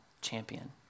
champion